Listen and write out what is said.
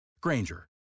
Granger